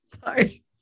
Sorry